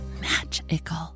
magical